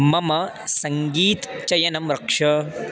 मम सङ्गीतचयनं रक्ष